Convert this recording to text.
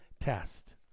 test